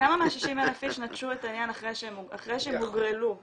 כמה מה-60,000 איש נטשו את העניין אחרי שהם הוגרלו בהגרלה?